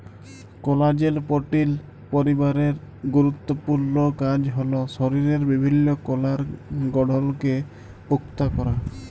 কলাজেল পোটিল পরিবারের গুরুত্তপুর্ল কাজ হ্যল শরীরের বিভিল্ল্য কলার গঢ়লকে পুক্তা ক্যরা